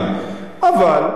אבל זה בסדר,